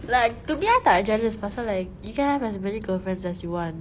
like to me I tak jealous pasal like you can have as many girlfriends as you want